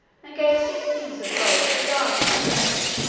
and gave six pieces of gold to the guards of the church,